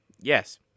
yes